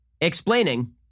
explaining